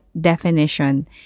definition